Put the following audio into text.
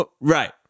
right